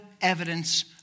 evidence